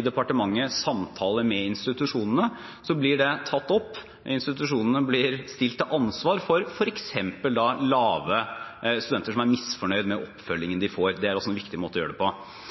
i departementet har samtaler med institusjonene, blir de tatt opp, og institusjonene blir stilt til ansvar for f.eks. studenter som er misfornøyde med oppfølgingen de får. Det er også en viktig måte å gjøre det på.